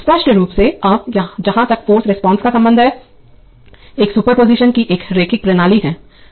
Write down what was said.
स्पष्ट रूप से अब जहां तक फाॅर्स रिस्पांस का संबंध है एक सुपरपोज़िशन की एक रैखिक प्रणाली है